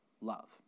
love